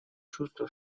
чувство